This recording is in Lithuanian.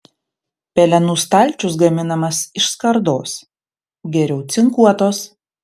pelenų stalčius gaminamas iš skardos geriau cinkuotos